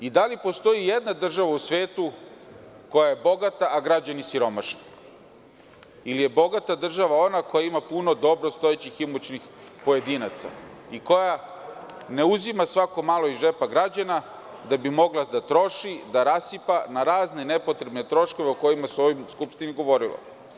Da li postoji i jedna država u svetu koja je bogata, a građani siromašni ili je bogata država ona koja ima puno dobrostojećih, imućnih pojedinaca i koja ne uzima svako malo iz džepa građana da bi mogla da troši, da rasipa na razne nepotrebne troškove o kojima se u ovoj skupštini govorilo?